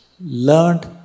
learned